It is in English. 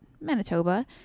Manitoba